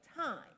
time